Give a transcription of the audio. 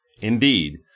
Indeed